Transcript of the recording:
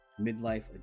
Midlife